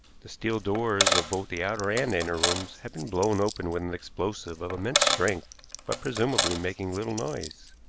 the steel doors of both the outer and inner rooms had been blown open with an explosive of immense strength but presumably making little noise.